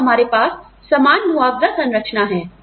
और हमारे पास समान मुआवजा संरचना है